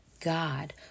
God